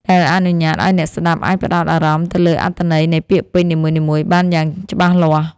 ដែលអនុញ្ញាតឱ្យអ្នកស្ដាប់អាចផ្ដោតអារម្មណ៍ទៅលើអត្ថន័យនៃពាក្យពេចន៍នីមួយៗបានយ៉ាងច្បាស់លាស់។